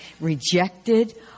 rejected